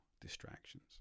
distractions